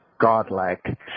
godlike